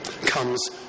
comes